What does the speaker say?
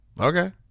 Okay